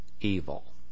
evil